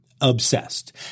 obsessed